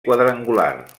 quadrangular